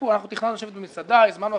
אנחנו תכננו להיכנס במסעדה, אפילו הזמנו מקום.